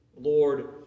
Lord